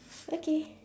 okay